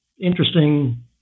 interesting